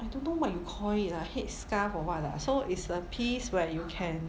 I don't know what you call it ah head scarf or what lah so it's a piece where you can